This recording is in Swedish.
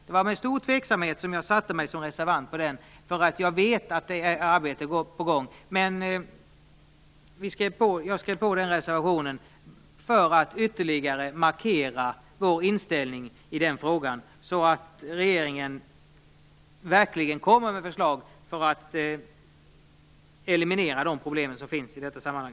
Det var med stor tvekan som jag gick med på den reservationen, då jag vet att det är arbete på gång. Men jag skrev på den för att ytterligare markera vår inställning i den frågan, så att regeringen verkligen kommer med förslag för att eliminera de problem som finns i detta sammanhang.